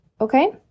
okay